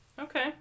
Okay